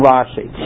Rashi